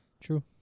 true